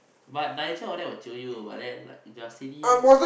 but Nigel all that will jio but you then like just steady eh